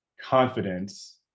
confidence